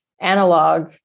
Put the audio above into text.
analog